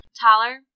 Tyler